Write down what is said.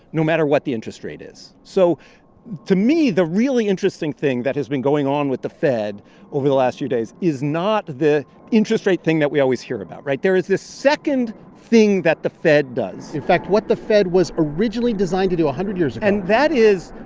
no matter what the interest rate is so to me, the really interesting thing that has been going on with the fed over the last few days is not the interest rate thing that we always hear about, right? there is this second thing that the fed does in fact, what the fed was originally designed to do a hundred years ago. and that is